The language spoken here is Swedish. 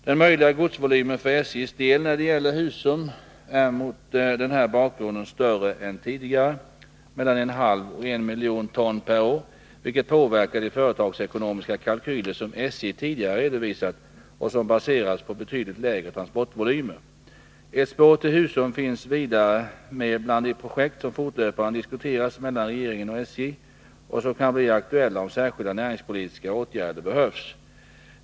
Den möjliga godsvolymen för SJ:s del när det gäller Husum är mot den här bakgrunden större än tidigare, mellan 0,5 och 1 miljon ton per år, vilket påverkar de företagsekonomiska kalkyler som SJ tidigare redovisat och som baseras på betydligt lägre transportvolymer. Ett spår till Husum finns vidare med bland de projekt som fortlöpande diskuteras mellan regeringen och SJ och som kan bli aktuella, om särskilda näringspolitiska åtgärder behövs.